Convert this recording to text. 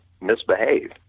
misbehave